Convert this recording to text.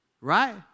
right